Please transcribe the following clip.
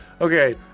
okay